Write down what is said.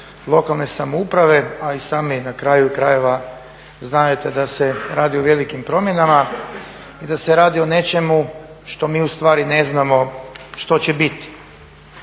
lokalne samouprave, a i sami na kraju krajeva znadete da se radi o velikim promjenama i da se radi o nečemu što mi ustvari ne znamo što će biti.